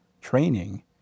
training